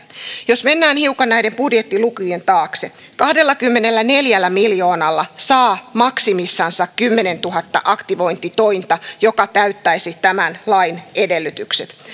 jos mennään hiukan näiden budjettilukujen taakse kahdellakymmenelläneljällä miljoonalla saa maksimissaan kymmenentuhatta aktivointitointa mikä täyttäisi tämän lain edellytykset